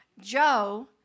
Joe